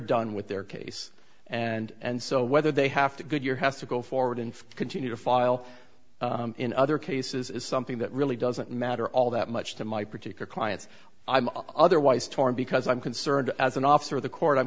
done with their case and so whether they have to goodyear has to go forward and continue to file in other cases is something that really doesn't matter all that much to my particular clients i'm otherwise torn because i'm concerned as an officer of the court i'm